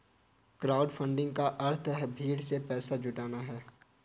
crowdfunding का अर्थ भीड़ से पैसा जुटाना है